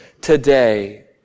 today